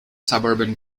suburban